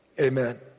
Amen